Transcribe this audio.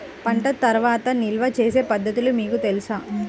పంట తర్వాత నిల్వ చేసే పద్ధతులు మీకు తెలుసా?